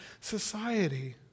society